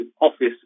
office